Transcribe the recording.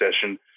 session